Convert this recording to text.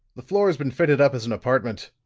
the floor has been fitted up as an apartment.